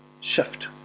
Shift